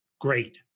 great